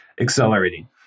accelerating